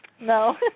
No